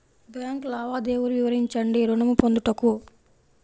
Bank లావాదేవీలు వివరించండి ఋణము పొందుటకు?